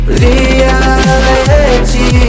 reality